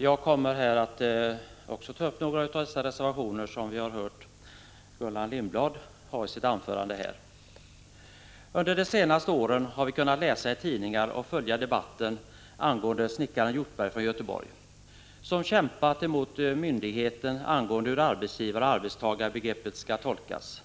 Herr talman! Även jag kommer att här ta upp några av de reservationer som vi hört Gullan Lindblad beröra i sitt anförande. Under de senaste åren har vi kunnat följa debatten och läsa i tidningar om snickaren Hjortberg från Göteborg, som kämpat mot myndigheterna om hur arbetsgivaroch arbetstagarbegreppet skall tolkas.